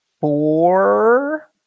four